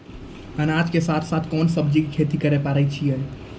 अनाज के साथ साथ कोंन सब्जी के खेती करे पारे छियै?